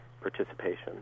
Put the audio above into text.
participation